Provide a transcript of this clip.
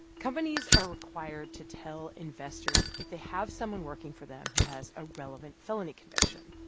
companies are required to tell investors if they have someone working for them who has a relevant felony conviction.